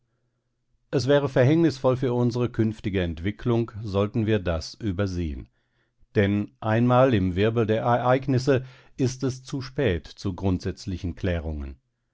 es wäre verhängnisvoll für unsere künftige entwicklung sollten wir das übersehen denn einmal im wirbel der ereignisse ist es zu spät zu grundsätzlichen klärungen